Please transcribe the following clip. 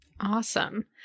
Awesome